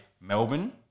Melbourne